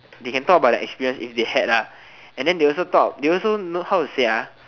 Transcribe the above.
they can talk about the experience if they had and then they also talk then how to say